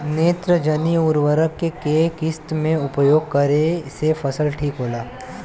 नेत्रजनीय उर्वरक के केय किस्त मे उपयोग करे से फसल ठीक होला?